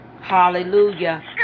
hallelujah